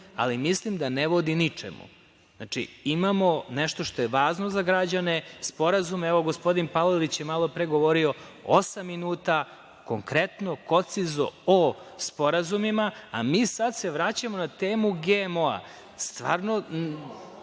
ali mislim da ne vodi ničemu. Znači, imamo nešto što je važno za građane, sporazume. Evo, gospodin Palalić je malo pre govorio osam minuta, konkretno, koncizno o sporazumima, a mi se sada vraćamo na temu GMO. Stvarno